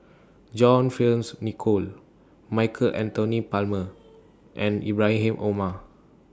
John Fearns Nicoll Michael Anthony Palmer and Ibrahim Omar